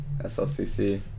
SLCC